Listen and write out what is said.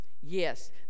Yes